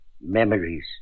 Memories